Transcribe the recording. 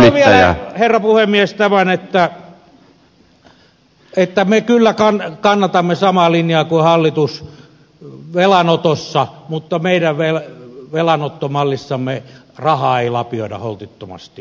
sanon vielä herra puhemies tämän että me kyllä kannatamme samaa linjaa kuin hallitus velanotossa mutta meidän velanottomallissamme rahaa ei lapioida holtittomasti ympäri maailmaa